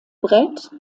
brett